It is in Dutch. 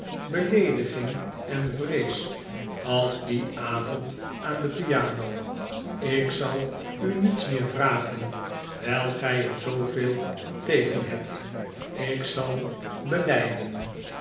beleediging en vrees als dien avond aan de piano ik zal u niets meer vragen wyl g er zooveel tegen hebt ik zal